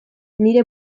nire